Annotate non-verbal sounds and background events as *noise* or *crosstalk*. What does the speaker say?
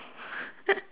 *laughs*